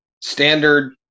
standard